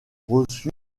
reçu